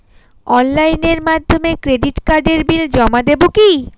অনলাইনের মাধ্যমে ক্রেডিট কার্ডের বিল জমা দেবো কি?